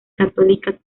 católicas